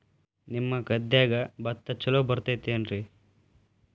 ನಿಮ್ಮ ಗದ್ಯಾಗ ಭತ್ತ ಛಲೋ ಬರ್ತೇತೇನ್ರಿ?